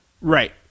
Right